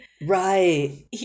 Right